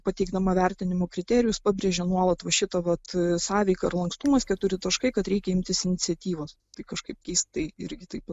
pateikdama vertinimo kriterijus pabrėžia nuolat va šitą vat sąveika ir lankstumas keturi taškai kad reikia imtis iniciatyvos tai kažkaip keistai irgi taip